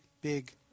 big